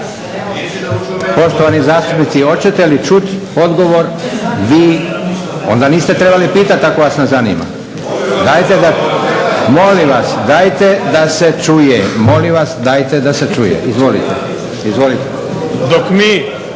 Poštovani zastupnici, hoćete li čut odgovor vi. Onda niste trebali pitati ako vas ne zanima. Dajte da, molim